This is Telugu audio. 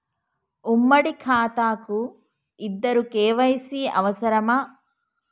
ఉమ్మడి ఖాతా కు ఇద్దరు కే.వై.సీ అవసరమా?